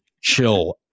Chill